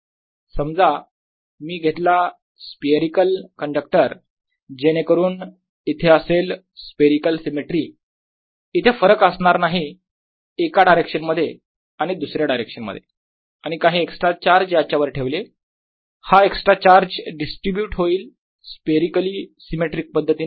समजा मी घेतला स्पियरिकल कंडक्टर जेणेकरून इथे असेल स्पियरिकल सिमेट्री इथे फरक असणार नाही एका डायरेक्शन मध्ये आणि दुसरे डायरेक्शन मध्ये आणि काही एक्स्ट्रा चार्ज याच्यावर ठेवले हा एक्स्ट्रा चार्ज डिस्ट्रीब्यूट होईल स्पियरिकली सिमेट्रीक पद्धतीने